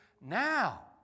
now